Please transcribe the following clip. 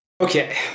Okay